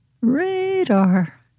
Radar